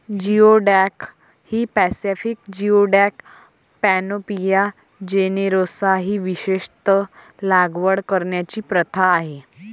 geoduck ही Pacific geoduck, Panopea generosa ही विशेषत लागवड करण्याची प्रथा आहे